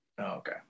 Okay